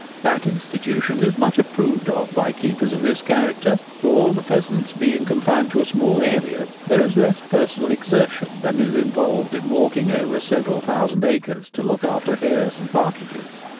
that institution is much approved of by keepers of this character, for, the pheasants being confined to a small area, there is less personal exertion than is involved in walking over several thousand acres to look after hares and partridges.